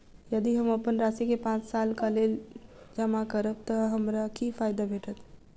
यदि हम अप्पन राशि केँ पांच सालक लेल जमा करब तऽ हमरा की फायदा भेटत?